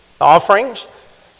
offerings